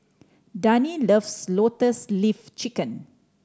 Dani loves Lotus Leaf Chicken